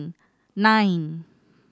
nine